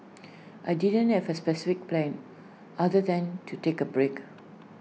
I didn't have A specific plan other than to take A break